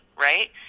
right